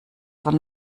von